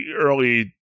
early